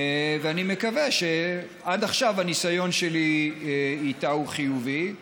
ואני מקווה, עד עכשיו הניסיון שלי איתה הוא חיובי.